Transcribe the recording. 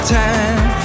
time